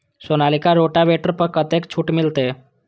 Sonalika rotavator पर कतेक छूट मिलते?